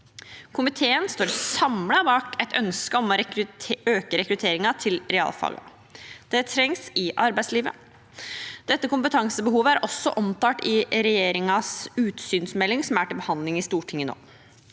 Komiteen står samlet bak et ønske om å øke rekrutteringen til realfag. Dette trengs i arbeidslivet. Dette kompetansebehovet er også omtalt i regjeringens utsynsmelding, som er til behandling i Stortinget nå.